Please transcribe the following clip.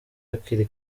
hakiri